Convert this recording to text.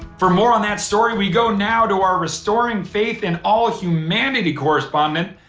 for more on that story, we go now to our restoring faith in all humanity correspondent,